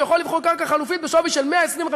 הוא יכול לבחור קרקע חלופית בשווי 125%,